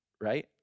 right